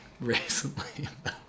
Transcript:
recently